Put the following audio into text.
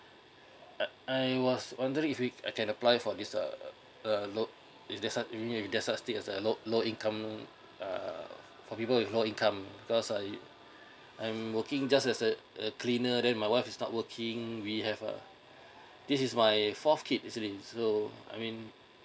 I I was wondering if we I can apply for this uh low there's if there's a if there's thing uh low low income uh for people with low income because uh I'm working just as a cleaner then my wife is not working we have uh this is my a fourth kid actually so I mean